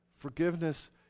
Forgiveness